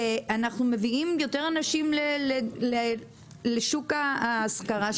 ואנחנו מביאים יותר אנשים לשוק ההשכרה.